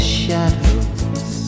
shadows